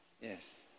Yes